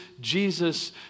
Jesus